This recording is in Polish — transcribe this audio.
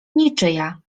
niczyja